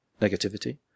negativity